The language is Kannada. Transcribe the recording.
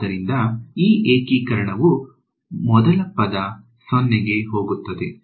ಆದ್ದರಿಂದ ಈ ಏಕೀಕರಣವು ಮೊದಲ ಪದ 0 ಕ್ಕೆ ಹೋಗುತ್ತದೆ